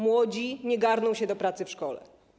Młodzi nie garną się do pracy w szkole.